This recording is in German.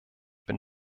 bin